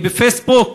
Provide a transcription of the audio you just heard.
הם בפייסבוק,